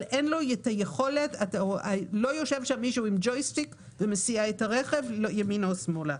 אבל לא יושב שם מישהו עם ג'ויסטיק ומסיע את הרכב ימינה או שמאלה.